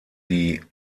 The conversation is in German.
sie